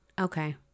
okay